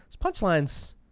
punchlines